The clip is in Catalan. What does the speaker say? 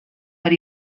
per